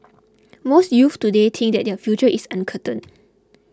most youths today think that their future is uncertain